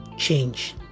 change